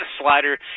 slider